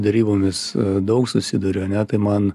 derybomis daug susiduriu ane tai man